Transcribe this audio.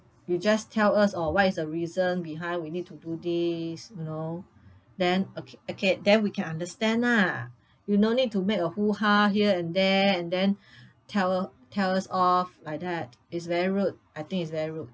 you just tell us oh what is a reason behind we need to do this you know then okay okay then we can understand ah you no need to make a hoo-ha here and there and then tell tell us off like that it's very rude I think it's very rude